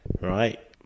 right